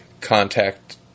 contact –